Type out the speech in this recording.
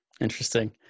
interesting